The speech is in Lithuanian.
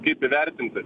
kaip įvertinti